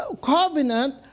covenant